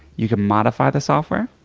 you can modify the software.